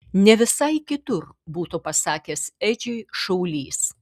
ne visai kitur būtų pasakęs edžiui šaulys